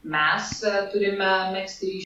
mes turime megzti ryšį